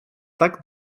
tak